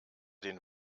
den